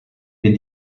wenn